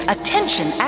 Attention